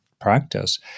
practice